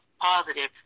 positive